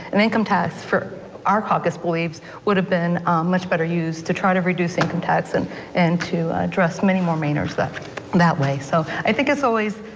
an income tax for our caucus believes would have been much better used to try to reduce income tax and and to dress many more mainers that that way so i think it's always,